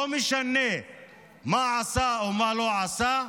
לא משנה מה עשה או מה לא עשה,